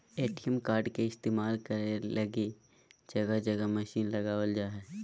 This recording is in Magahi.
ए.टी.एम कार्ड के इस्तेमाल करे लगी जगह जगह मशीन लगाबल जा हइ